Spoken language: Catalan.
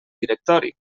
directori